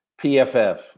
pff